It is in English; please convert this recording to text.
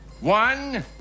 One